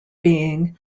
being